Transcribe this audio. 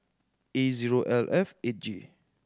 A zero L F eight J